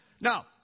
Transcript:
Now